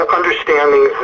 understanding